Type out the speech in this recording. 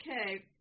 Okay